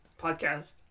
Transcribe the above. Podcast